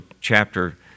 chapter